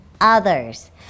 others